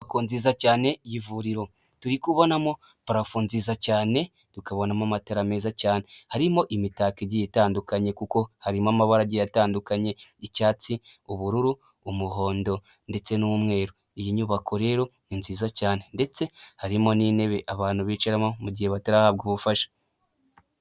Inyubako nziza cyane y'ivuriro, turi kubonamo parafo nziza cyane, tukabonamo amatara meza cyane. Harimo imitako igiye itandukanye kuko harimo amabara agiye atandukanye, icyatsi, ubururu, umuhondo ndetse n'umweru. Iyi nyubako rero ni nziza cyane ndetse harimo n'intebe abantu bicaramo mu gihe batarahabwa ubufasha.